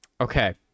Okay